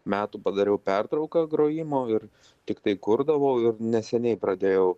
metų padariau pertrauką grojimo ir tiktai kurdavau ir neseniai pradėjau